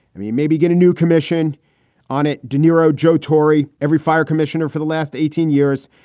i mean, maybe get a new commission on it. dinero joe tory, every fire commissioner for the last eighteen years.